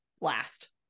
last